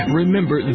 Remember